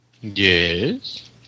Yes